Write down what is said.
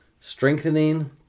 strengthening